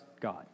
God